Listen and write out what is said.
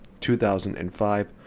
2005